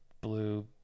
blue